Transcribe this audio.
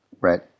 Right